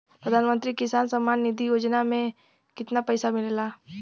प्रधान मंत्री किसान सम्मान निधि योजना में कितना पैसा मिलेला?